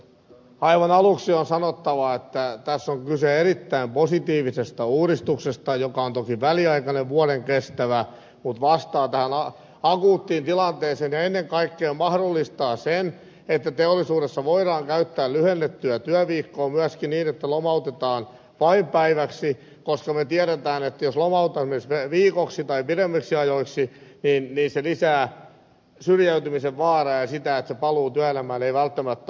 aivan aluksi on sanottava että tässä on kyse erittäin positiivisesta uudistuksesta joka on toki väliaikainen vuoden kestävä mutta vastaa tähän akuuttiin tilanteeseen ja ennen kaikkea mahdollistaa sen että teollisuudessa voidaan käyttää lyhennettyä työviikkoa myöskin niin että lomautetaan vain päiväksi koska me tiedämme että jos lomautamme viikoksi tai pidemmiksi ajoiksi se lisää syrjäytymisen vaaraa ja sitä että paluu työelämään ei välttämättä ole niin helppoa